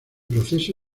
proceso